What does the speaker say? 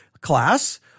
class